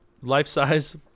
life-size